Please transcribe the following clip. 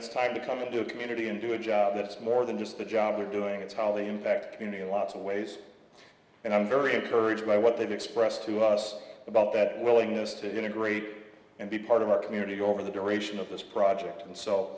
it's time to come into the community and do a job that's more than just the job they're doing it's how they in that community lots of ways and i'm very encouraged by what they've expressed to us about that willingness to integrate and be part of our community over the duration of this project and so